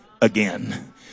again